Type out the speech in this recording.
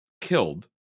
killed